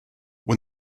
when